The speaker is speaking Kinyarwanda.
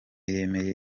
yemeye